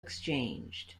exchanged